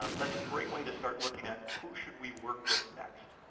um that's a great way to start looking at who should we work with next?